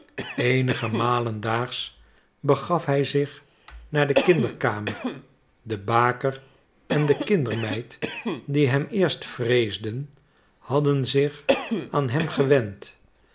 eenige malen daags begaf hij zich naar de kinderkamer de baker en de kindermeid die hem eerst vreesden hadden zich aan hem gewend